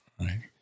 right